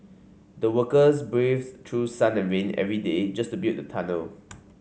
the workers braved through sun and rain every day just to build the tunnel